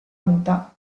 muta